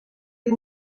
les